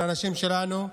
של האנשים שלנו,